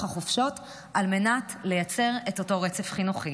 החופשות על מנת לייצר את אותו רצף חינוכי.